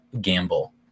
gamble